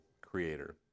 creator